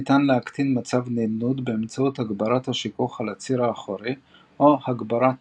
ניתן להקטין מצב נידנוד באמצעות הגברת השיכוך על הציר האחורי או הגברת